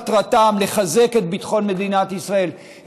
מטרתם היא לחזק את ביטחון מדינת ישראל,